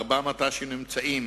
ארבעה מט"שים נמצאים